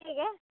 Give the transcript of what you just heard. ठीक आहे